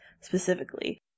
specifically